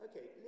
Okay